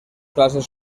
clases